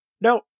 No